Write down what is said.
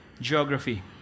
Geography